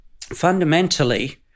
fundamentally